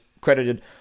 credited